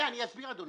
אני אסביר, אדוני.